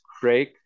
Craig